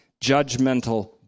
judgmental